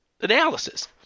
analysis